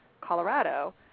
Colorado